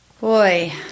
boy